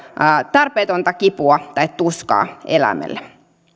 tarpeetonta kipua tai tuskaa eläimelle